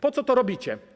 Po co to robicie?